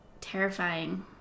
terrifying